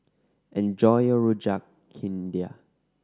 enjoy your Rojak India